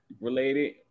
related